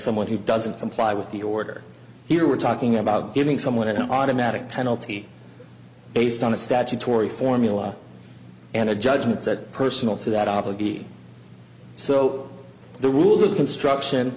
someone who doesn't comply with the order here we're talking about giving someone an automatic penalty based on a statutory formula and a judgement that personal to that obligate so the rules of construction